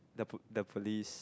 the pol~ the police